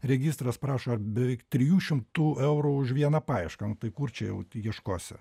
registras prašo beveik trijų šimtų eurų už vieną paiešką nu tai kur čia jau ieškosi